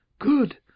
Good